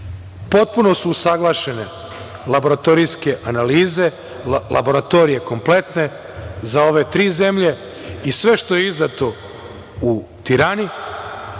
Potpuno su usaglašene laboratorijske analize, laboratorije kompletne za ove tri zemlje i sve što je izdato u Tirani